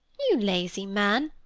you lazy man,